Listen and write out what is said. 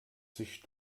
sich